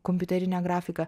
kompiuterine grafika